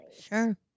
Sure